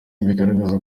bigaragaza